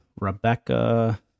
Rebecca